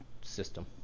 system